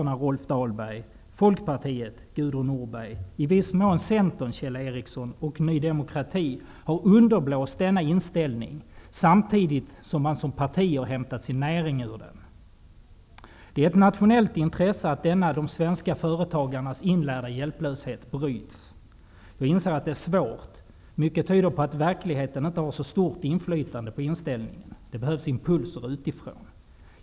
Ny demokrati har underblåst denna inställning, samtidigt som partierna hämtat sin näring ur den. Jag vänder mig här till Rolf Dahlberg, Gudrun Det är ett nationellt intresse att denna de svenska företagarnas inlärda hjälplöshet bryts. Jag inser att det är svårt. Mycket tyder på att verkligheten inte har så stort inflytande på den inställningen. Det behövs impulser utifrån.